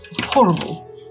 horrible